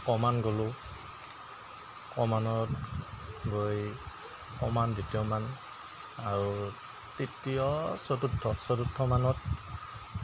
ক মান গ'লোঁ ক মানত গৈ ক মান দ্বিতীয় মান আৰু তৃতীয় চতুৰ্থ চতুৰ্থ মানত